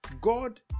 god